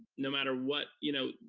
no matter what, you know,